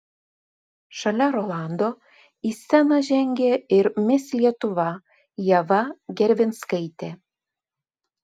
šalia rolando į sceną žengė ir mis lietuva ieva gervinskaitė